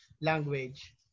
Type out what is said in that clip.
language